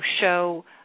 show